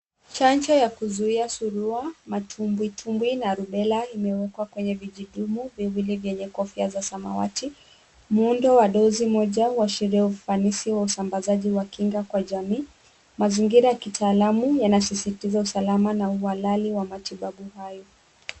Chanjo ya kuzuia surua, matumbwitumbwi na rubella imewekwa kwenye vijidumu viwili vyenye kofia za samawati. Muundo wa dozi moja unaashiria ufanisi wa usambazaji wa kinga kwa jamii. Mazingira ya kitaalamu yanasisitiza usalama na uhalali wa matibabu hayo.